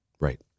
right